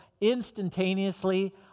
instantaneously